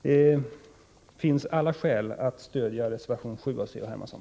Det finns alla skäl att stödja reservation 7 av C.-H. Hermansson.